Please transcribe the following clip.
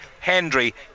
Henry